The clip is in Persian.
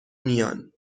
میان